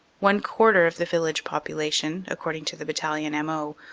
one quarter of the village popula tion, according to the battalion m o,